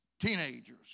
teenagers